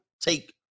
take